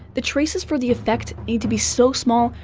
the traces for the effect need to be so small,